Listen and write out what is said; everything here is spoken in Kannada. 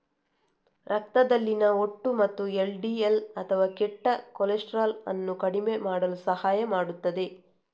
ರಕ್ತದಲ್ಲಿನ ಒಟ್ಟು ಮತ್ತು ಎಲ್.ಡಿ.ಎಲ್ ಅಥವಾ ಕೆಟ್ಟ ಕೊಲೆಸ್ಟ್ರಾಲ್ ಅನ್ನು ಕಡಿಮೆ ಮಾಡಲು ಸಹಾಯ ಮಾಡುತ್ತದೆ